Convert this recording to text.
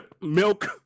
milk